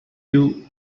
you